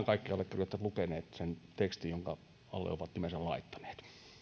kaikki allekirjoittajat lukeneet sen tekstin jonka alle ovat nimensä laittaneet miksi